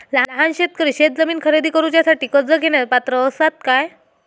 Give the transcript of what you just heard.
लहान शेतकरी शेतजमीन खरेदी करुच्यासाठी कर्ज घेण्यास पात्र असात काय?